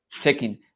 checking